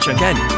again